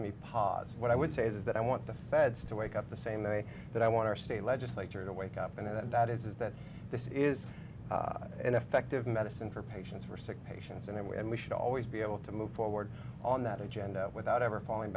me pause what i would say is that i want the feds to wake up the same way but i want our state legislature to wake up and that is that this is an effective medicine for patients for sick patients and we should always be able to move forward on that agenda without ever falling